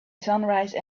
sunrise